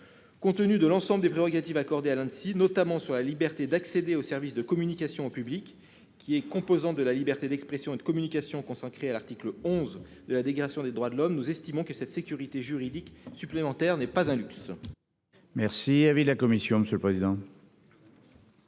Compte tenu de l'ensemble des prérogatives accordées à l'Anssi, notamment à propos de la liberté d'accéder au service de communication au public, qui est une composante de la liberté d'expression et de communication, consacrée à l'article XI de la Déclaration des droits de l'homme et du citoyen, nous estimons que cette sécurité juridique supplémentaire n'est pas un luxe. Quel est l'avis de la commission ? Cet amendement